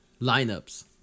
lineups